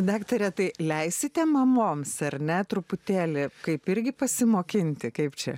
daktare tai leisite mamoms ar net truputėlį kaip irgi pasimokinti kaip čia